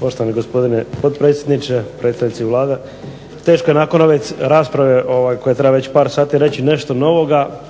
Poštovani gospodine potpredsjedniče, predstavnici Vlade. Teško je nakon ove rasprave koja traje već par sati reći nešto novoga,